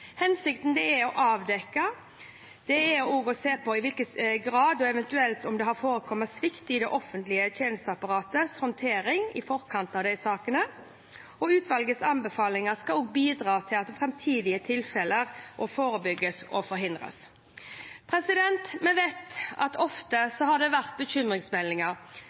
Hensikten er å avdekke og se på i hvilken grad og eventuelt om det har forekommet svikt i det offentlige tjenesteapparatets håndtering i forkant av sakene. Utvalgets anbefalinger skal bidra til at framtidige tilfeller forebygges og forhindres. Vi vet at ofte har det vært bekymringsmeldinger.